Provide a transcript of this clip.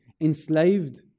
Enslaved